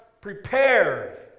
prepared